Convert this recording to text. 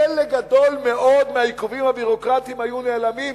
חלק גדול מאוד מהעיכובים הביורוקרטיים היו נעלמים.